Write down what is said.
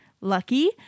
lucky